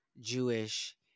Jewish